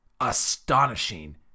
Astonishing